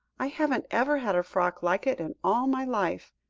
i haven't ever had a frock like it in all my life.